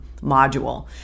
module